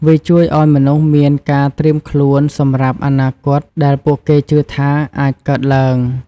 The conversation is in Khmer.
វាជួយឲ្យមនុស្សមានការត្រៀមខ្លួនសម្រាប់អនាគតដែលពួកគេជឿថាអាចកើតឡើង។